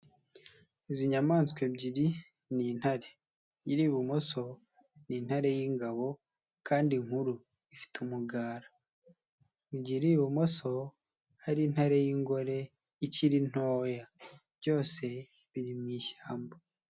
Izi nyamaswa ebyiri ni intare iri ibumoso ni intare y'ingabo kandi inkuru ifite umugara mu gihe iri ibumoso ari intare y'ingore ikiri ntoya byose biri mu ishyamba.